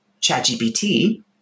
ChatGPT